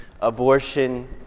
abortion